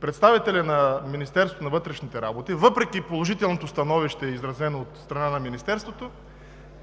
представителят на Министерството на вътрешните работи, въпреки положителното становище, изразено от страна на Министерството,